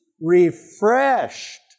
refreshed